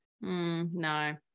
no